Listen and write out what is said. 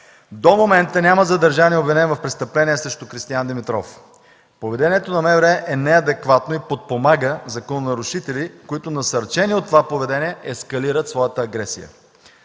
До момента няма задържан и обвинен в престъпление срещу Кристиян Димитров. Поведението на МВР е неадекватно и подпомага закононарушители, които, насърчени от това поведение, ескалират своята агресия.